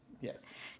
yes